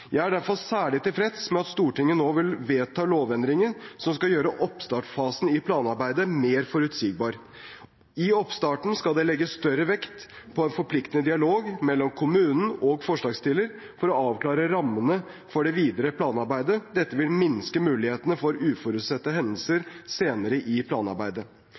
Jeg er derfor særlig tilfreds med at Stortinget nå vil vedta lovendringer som skal gjøre oppstartfasen i planarbeidet mer forutsigbar. I oppstarten skal det legges større vekt på en forpliktende dialog mellom kommunen og forslagsstiller for å avklare rammene for det videre planarbeidet. Dette vil minske mulighetene for uforutsette hendelser senere i planarbeidet.